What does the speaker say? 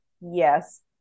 yes